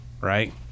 right